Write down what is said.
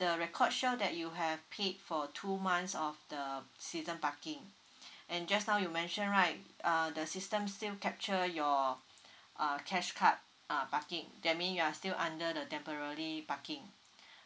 the record show that you have paid for two months of the season parking and just now you mentioned right uh the system still capture your uh cash card uh parking that mean you are still under the temporary parking